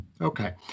Okay